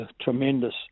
tremendous